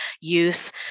youth